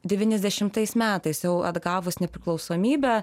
devyniasdešimtais metais jau atgavus nepriklausomybę